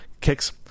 kicks